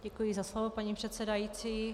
Děkuji za slovo, paní předsedající.